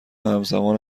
همزمان